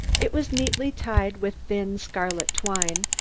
it was neatly tied with thin scarlet twine,